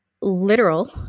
literal